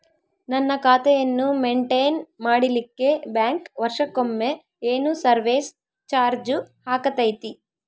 ನನ್ನ ಖಾತೆಯನ್ನು ಮೆಂಟೇನ್ ಮಾಡಿಲಿಕ್ಕೆ ಬ್ಯಾಂಕ್ ವರ್ಷಕೊಮ್ಮೆ ಏನು ಸರ್ವೇಸ್ ಚಾರ್ಜು ಹಾಕತೈತಿ?